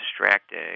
distracting